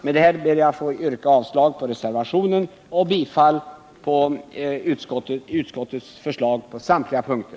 Med det sagda ber jag att få yrka avslag på reservationen och bifall till utskottets förslag på samtliga punkter.